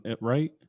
right